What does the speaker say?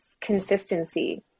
consistency